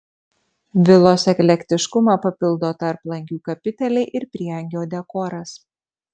vilos eklektiškumą papildo tarplangių kapiteliai ir prieangio dekoras